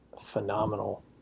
phenomenal